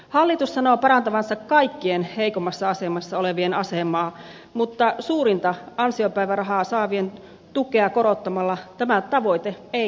hallitus sanoo parantavansa kaikkien heikommassa asemassa olevien asemaa mutta suurinta ansiopäivärahaa saavien tukea korottamalla tämä tavoite ei toteudu